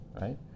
right